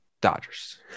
Dodgers